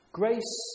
grace